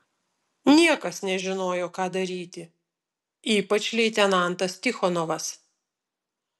niekas nežinojo ką daryti ypač leitenantas tichonovas